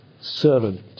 servant